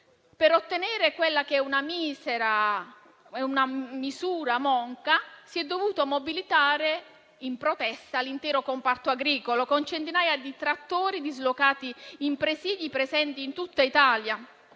Per ottenere quella che è una misura monca si è dovuto mobilitare in protesta l'intero comparto agricolo, con centinaia di trattori dislocati in presìdi presenti in tutta Italia.